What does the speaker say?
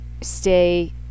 stay